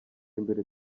imbere